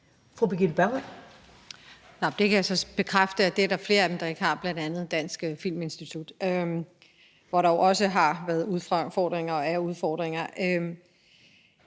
Birgitte Bergman (KF): Det kan jeg så bekræfte at der er flere af dem der ikke har, bl.a. Det Danske Filminstitut, hvor der jo også har været udfordringer og er udfordringer.